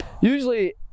usually